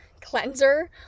cleanser